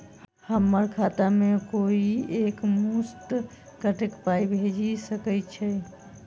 हम्मर खाता मे कोइ एक मुस्त कत्तेक पाई भेजि सकय छई?